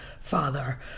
father